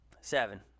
Seven